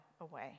away